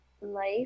life